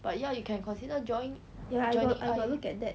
ya I got I got look at that